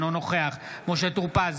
אינו נוכח משה טור פז,